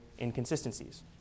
inconsistencies